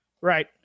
Right